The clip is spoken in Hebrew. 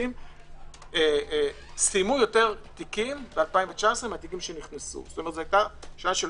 שסיימו יותר תיקים מאשר אלה שנכנסו, ב-5%.